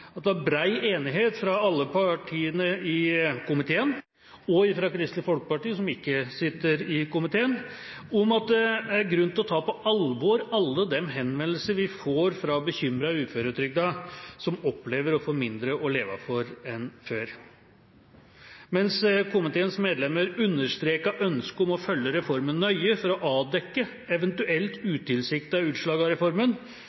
at det var bred enighet fra alle partiene i komiteen og fra Kristelig Folkeparti, som ikke sitter i komiteen, om at det er grunn til å ta på alvor alle de henvendelsene vi får fra bekymrete uføretrygdede som opplever å få mindre å leve for enn før. Mens komiteens medlemmer understreket ønsket om å følge reformen nøye for å avdekke eventuelt utilsiktede utslag av reformen,